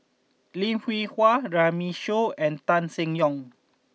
Lim Hwee Hua Runme Shaw and Tan Seng Yong